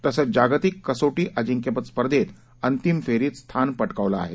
तसंच जागतिक कसोटी अजिंक्यपद स्पधेंत अंतिम फेरीत स्थान पटकावलं आहे